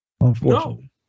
unfortunately